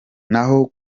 naho